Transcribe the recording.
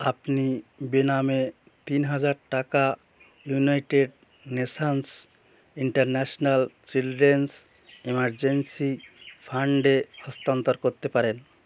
আপনি বেনামে তিন হাজার টাকা United Nations International Children's Emergency ফান্ডে হস্তান্তর করতে পারেন